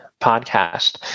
podcast